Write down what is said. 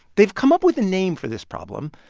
they've come up with a name for this problem.